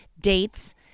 dates